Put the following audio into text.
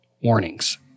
warnings